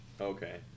Okay